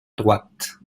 droite